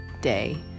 day